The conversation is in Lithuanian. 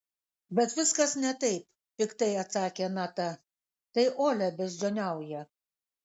bet viskas ne taip piktai atsakė nata tai olia beždžioniauja